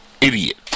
idiot